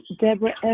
Deborah